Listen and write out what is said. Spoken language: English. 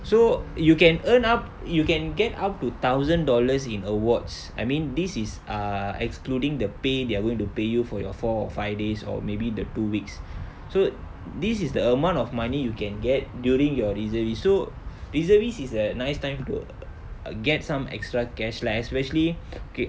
so you can earn up you can get up to thousand dollars in awards I mean this is uh excluding the pay they are going to pay you for your four or five days or maybe the two weeks so this is the amount of money you can get during your reservist so reservist is a nice time to get some extra cash lah especially okay